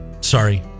sorry